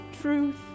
truth